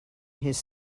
his